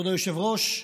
כבוד היושב-ראש,